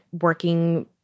working